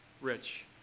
rich